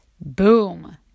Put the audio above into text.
Boom